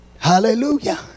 Hallelujah